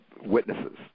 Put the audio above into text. witnesses